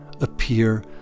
appear